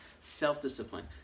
self-discipline